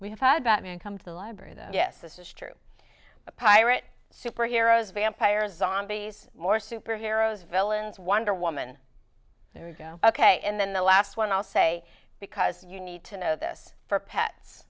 we have had batman come to the library that yes this is true pirate superheroes vampires zombies more super heroes villains wonder woman ok and then the last one i'll say because you need to know this for pets